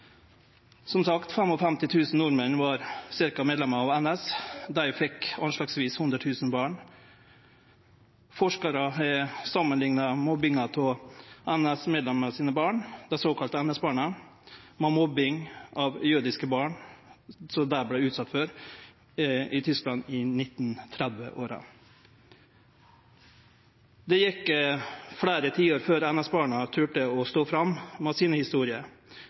Som sagt, ca. 55 000 nordmenn var medlemer av NS. Dei fekk anslagsvis 100 000 barn. Forskarar har samanlikna mobbinga av NS-medlemene sine barn, dei såkalla NS-barna, med den mobbinga jødiske barn vart utsette for i Tyskland i 1930-åra. Det gjekk fleire tiår før NS-barna torde å stå fram med historiene sine,